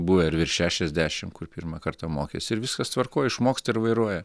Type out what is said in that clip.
buvo ir virš šešiasdešim kur pirmą kartą mokėsi ir viskas tvarkoj išmoksta ir vairuoja